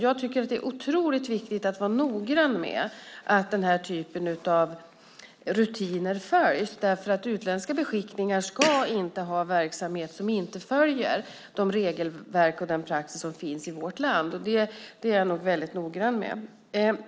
Jag tycker att det är otroligt viktigt att man är noggrann med att den här typen rutiner följs därför att utländska beskickningar inte ska ha verksamhet som inte följer de regelverk och den praxis som finns i vårt land. Det är jag noga med.